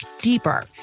deeper